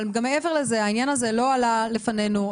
אבל מעבר לזה, העניין זה לא עלה לפנינו.